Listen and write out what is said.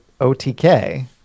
OTK